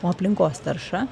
o aplinkos tarša